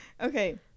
Okay